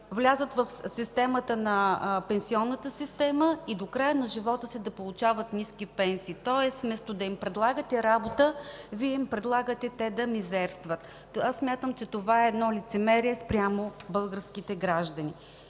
влязат в пенсионната система и до края на живота си да получават ниски пенсии. Тоест вместо да им предлагате работа, Вие им предлагате те да мизерстват. Смятам, че това е лицемерие спрямо българските граждани.